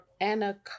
Anna